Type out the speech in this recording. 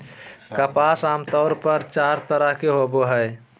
कपास आमतौर पर चार तरह के होवो हय